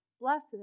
blessed